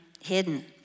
hidden